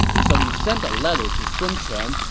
so he sent a letter to sun quan,